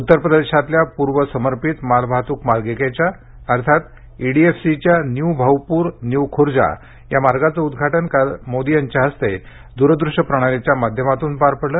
उतर प्रदेशातल्या पूर्व समर्पित मालवाहतूक मार्गिकेच्या म्हणजेच ईडीएफसीच्या न्यू आऊपूर न्यू खूर्जा या मार्गाचं उद्घाटन काल पंतप्रधान नरेंद्र मोदी यांच्या हस्ते दूरदृश्य प्रणालीच्या माध्यमातून पार पडलं